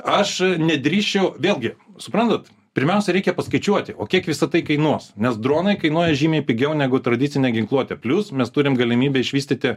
aš nedrįsčiau vėlgi suprantat pirmiausia reikia paskaičiuoti o kiek visa tai kainuos nes dronai kainuoja žymiai pigiau negu tradicinė ginkluotė plius mes turim galimybę išvystyti